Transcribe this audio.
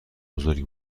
بزرگی